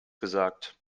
gesagt